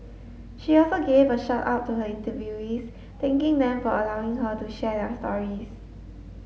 she also gave a shout out to her interviewees thanking them for allowing her to share their stories